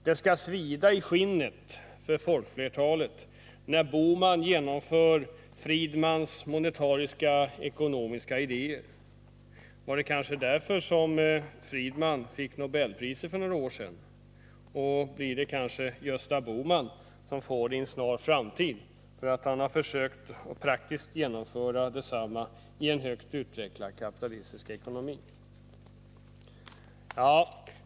”Det skall svida i skinnet” för folkflertalet, när Gösta Bohman genomför Friedmans monetaristiska idéer. Var det kanske därför som Friedman fick Nobelpriset för några år sedan, och blir det Gösta Bohman som får det i en snar framtid, för att han praktiskt försökt genomföra desamma i en högt utvecklad kapitalistisk ekonomi?